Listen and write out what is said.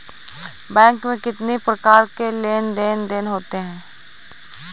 Bank में कितनी प्रकार के लेन देन देन होते हैं?